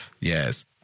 Yes